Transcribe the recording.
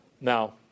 Now